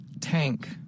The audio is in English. Tank